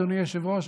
אדוני היושב-ראש,